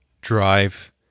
drive